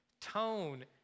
tone